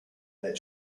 that